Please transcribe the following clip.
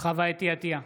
חוה אתי עטייה,